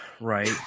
Right